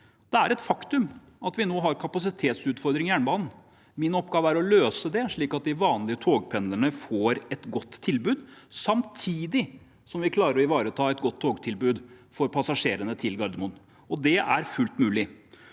Det er et faktum at vi nå har kapasitetsutfordringer i jernbanen. Min oppgave er å løse det, slik at de vanlige togpendlerne får et godt tilbud, samtidig som vi klarer å ivareta et godt togtilbud for passasjerene til Gardermoen. Det er fullt mulig.